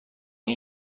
این